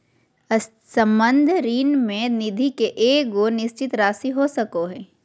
संबंध ऋण में निधि के एगो निश्चित राशि हो सको हइ